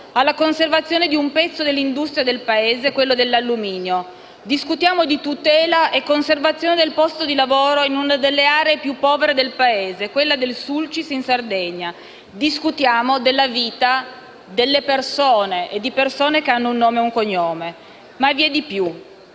alla conservazione di un pezzo dell'industria del Paese, quello dell'alluminio. Discutiamo di tutela e conservazione del posto di lavoro in una delle aree più povere del Paese, quella del Sulcis in Sardegna. Discutiamo della vita delle persone, di persone che hanno un nome e un cognome. Ma vi è di più.